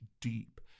deep